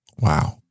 Wow